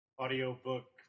audiobook